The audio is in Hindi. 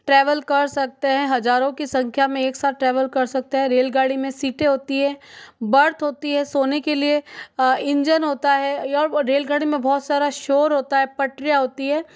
ट्रैवल कर सकते हैं हज़ारों की संख्या में एक साथ ट्रैवल कर सकते हैं रेलगाड़ी में सीटें होती हैं बर्थ होती है सोने के लिए इंजन होता है और रेलगाड़ी में बहुत सारा शोर होता है पटरियाँ होती हैं